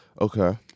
Okay